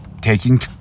taking